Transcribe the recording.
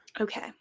Okay